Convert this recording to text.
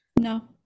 No